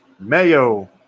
Mayo